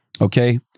okay